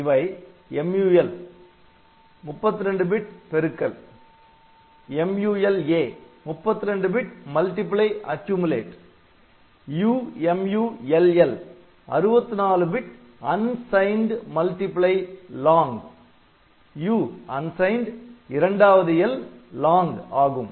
இவை MUL 32 bit பெருக்கல் MULA 32 bit multiply accumulate UMULL 64 bit unsigned multiply long U unsignedஇரண்டாவது 'L' long ஆகும்